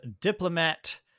diplomat